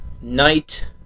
Night